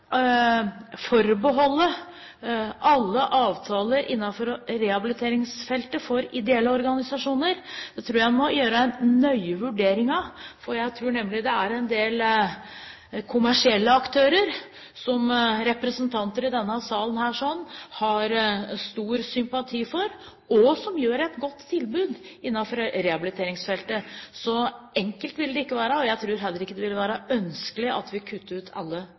forbeholde ideelle organisasjoner retten til alle avtaler innenfor rehabiliteringsfeltet, så må man gjøre en nøye vurdering av det, for jeg tror nemlig det er en del kommersielle aktører, som representanter i denne sal har stor sympati for, som også har et godt tilbud innenfor rehabiliteringsfeltet. Så enkelt vil det ikke være, og jeg tror heller ikke det vil være ønskelig å kutte ut alle